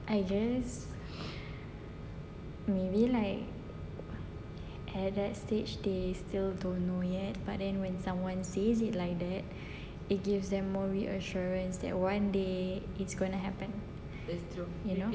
I guess maybe like at that stage they still don't know yet but then when someone says it like that it gives them more reassurance that one day it's gonna happen you know